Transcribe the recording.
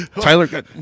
Tyler